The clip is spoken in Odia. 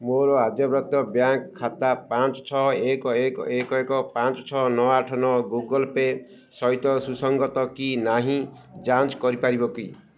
ମୋର ଆର୍ଯ୍ୟବ୍ରତ ବ୍ୟାଙ୍କ୍ ଖାତା ପାଞ୍ଚ ଛଅ ଏକ ଏକ ଏକ ଏକ ପାଞ୍ଚ ଛଅ ନଅ ଆଠ ନଅ ଗୁଗଲ୍ ପେ ସହିତ ସୁସଙ୍ଗତ କି ନାହିଁ ଯାଞ୍ଚ କରିପାରିବ କି